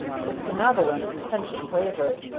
his benevolent intention wavered.